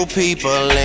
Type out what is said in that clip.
people